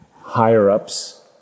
higher-ups